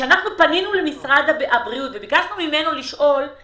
כשאנחנו פנינו למשרד הבריאות וביקשנו לשאול אותו